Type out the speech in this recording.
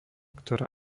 ktorá